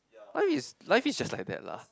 life is life is just like that lah